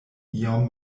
iom